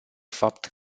fapt